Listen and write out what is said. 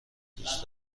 دوست